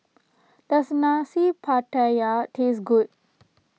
does Nasi Pattaya taste good